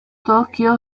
طوكيو